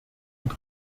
und